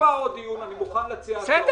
תקבע עוד דיון שבו אני אהיה מוכן להציע הצעות,